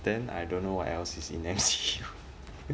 then I don't know what else is in M_C_U